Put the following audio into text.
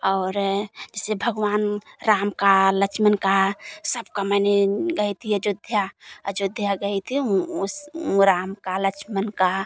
और जैसे भगवान राम का लक्ष्मण का सबका मैंने गई थी अयोध्या अयोध्या गई थी वह उस वह राम की लक्ष्मण की सबका मैंने गई थी अयोध्या गई थी उस राम की लक्ष्मण की